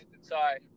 Sorry